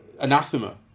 anathema